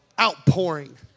outpouring